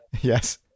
Yes